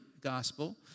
gospel